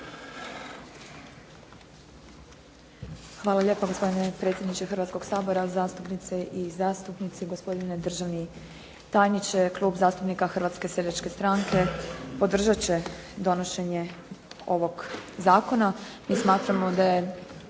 Hvala lijepa gospodine predsjedniče Hrvatskog sabora, zastupnice i zastupnici, gospodine državni tajniče. Klub zastupnika Hrvatske seljačke stranke podržat će donošenje ovog zakona, i smatramo da je